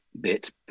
bit